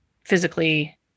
physically